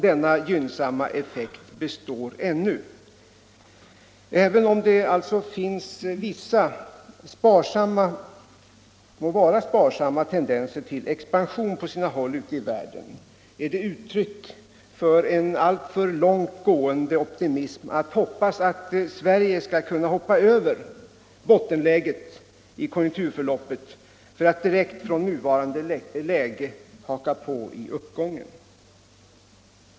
Denna gynnsamma effekt består ännu. Även om det alltså finns vissa — må vara sparsamma — tendenser till expansion på sina håll ute i världen är det uttryck för en alltför långt gående optimism att hoppas att Sverige skall kunna hoppa över bottenläget i konjunkturförloppet för att direkt från nuvarande läge haka på i uppgången.